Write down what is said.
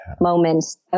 moments